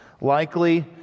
likely